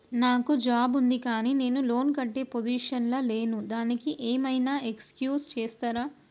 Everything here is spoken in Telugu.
నాకు జాబ్ ఉంది కానీ నేను లోన్ కట్టే పొజిషన్ లా లేను దానికి ఏం ఐనా ఎక్స్క్యూజ్ చేస్తరా?